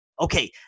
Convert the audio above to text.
Okay